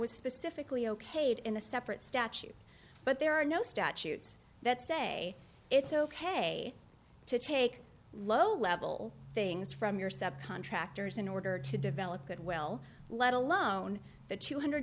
was specifically okayed in a separate statute but there are no statutes that say it's ok to take low level things from your subcontractors in order to develop goodwill let alone the two hundred